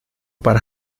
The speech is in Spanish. para